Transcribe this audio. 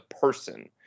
person